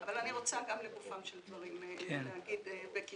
אבל אני רוצה גם לגופם של דברים להגיד בקיצור: